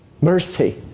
mercy